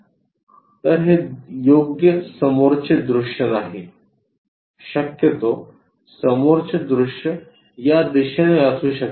तर हे योग्य समोरचे दृश्य नाही शक्यतो समोरचे दृश्य या दिशेने असू शकते